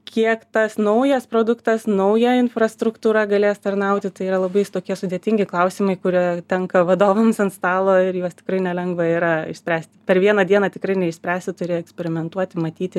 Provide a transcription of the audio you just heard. kiek tas naujas produktas nauja infrastruktūra galės tarnauti tai yra labai tokie sudėtingi klausimai kurie tenka vadovams ant stalo ir juos tikrai nelengva yra išspręsti per vieną dieną tikrai neišspręsi turi eksperimentuoti matyti